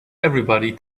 everybody